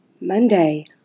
Monday